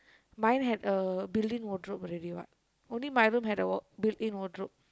mine had a built in wardrobe already what only my room had a built in wardrobe